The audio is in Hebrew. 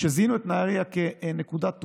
כשזיהינו את נהריה כנקודת תורפה.